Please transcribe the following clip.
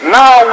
now